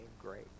great